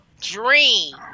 dream